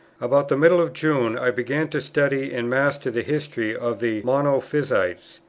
about the middle of june i began to study and master the history of the monophysites.